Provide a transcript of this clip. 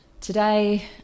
today